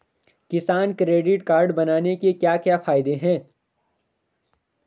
किसान credit card बनाने के क्या क्या फायदे हैं?